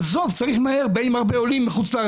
עזוב, צריך מהר, באים הרבה עולים מחו"ל.